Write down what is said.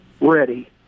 ready